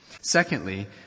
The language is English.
Secondly